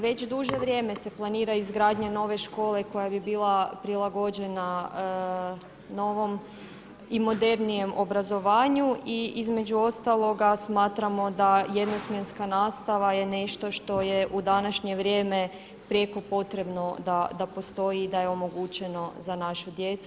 Već duže vrijeme se planira izgradnja nove škole koja bi bila prilagođena novom i modernijem obrazovanju i između ostaloga smatramo da jednosmjenska nastava je nešto što je u današnje vrijeme prijeko potrebno da postoji i da je omogućeno za našu djecu.